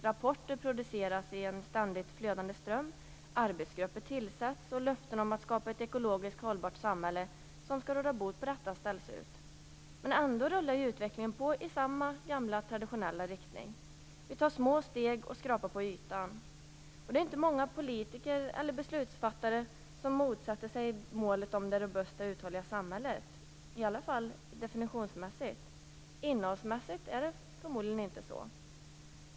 Rapporter produceras i en ständigt flödande ström, arbetsgrupper tillsätts och löften om att skapa ett ekologiskt hållbart samhälle som skall råda bot på detta ställs ut. Ändå rullar utvecklingen på i samma gamla traditionella riktning. Vi tar små steg och skrapar på ytan. Det är inte många politiker och beslutsfattare som motsätter sig att målet är ett robust uthålligt samhälle, i alla fall definitionsmässigt. Innehållsmässigt är det förmodligen inte så.